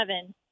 seven